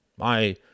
I